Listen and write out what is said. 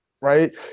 right